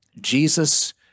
Jesus